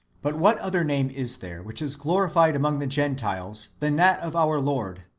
but what other name is there which is glorified among the gentiles than that of our lord,